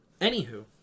anywho